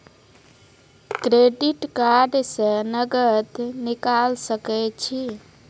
Credit card से नगद निकाल सके छी?